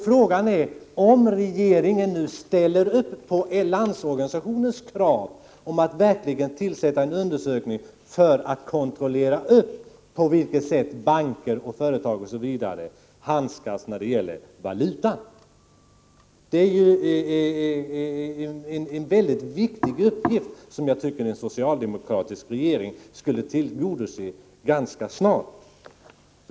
Ställer regeringen upp på Landsorganisationens krav på tillsättandet av en utredning för att kontrollera på vilket sätt banker, företag m.fl. handskas när det gäller valutan? Det här är en mycket viktig uppgift, som jag tycker att en socialdemokratisk regering borde ta itu med ganska snart.